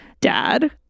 Dad